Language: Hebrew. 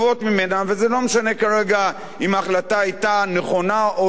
וזה לא משנה כרגע אם ההחלטה היתה נכונה או לא נכונה